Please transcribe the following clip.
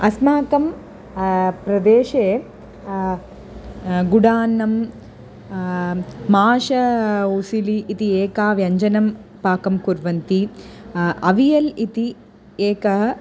अस्माकं प्रदेशे गुडान्नं माष उसिलि इति एकं व्यञ्जनं पाकं कुर्वन्ति अवियल् इति एकम्